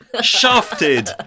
Shafted